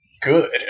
Good